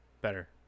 better